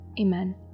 Amen